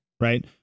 Right